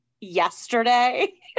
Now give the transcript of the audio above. yesterday